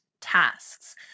tasks